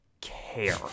care